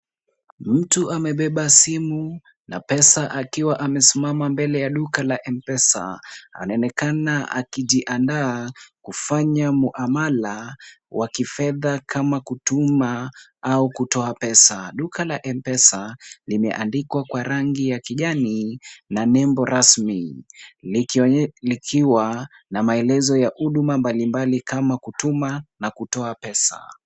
Mtu amebeba simu na pesa akiwa amesimama mbele ya duka la M-Pesa, ana onekana akijiandaa kufanya muamala wa kifedha kama kutumia au kutoa pesa, duka la M-Pesa limeandikwa kwa rangi ya kijani, na nembo rasmi. Likiwa na maelezo ya huduma mbalimbali kama kutuma na kutoa pesa.